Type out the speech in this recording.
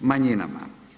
manjinama.